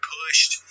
pushed